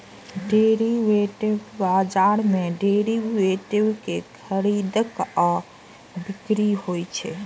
derivative बाजार मे derivative के खरीद आ बिक्री होइ छै